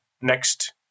next